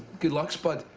good luck, spud.